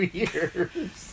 years